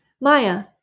Maya